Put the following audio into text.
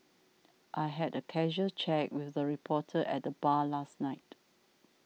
I had a casual chat with a reporter at the bar last night